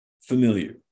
Familiar